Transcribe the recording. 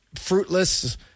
fruitless